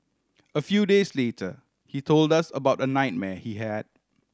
a few days later he told us about a nightmare he had